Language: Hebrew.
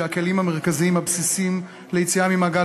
שהכלים המרכזיים הבסיסיים ליציאה ממעגל